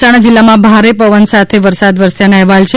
મહેસાણા જીલ્લામાં ભારે પવન સાથે વરસાદ વરસ્યાના અહેવાલ છે